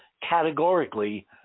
categorically